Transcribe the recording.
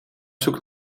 zoek